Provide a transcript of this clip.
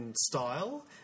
Style